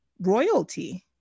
royalty